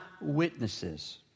witnesses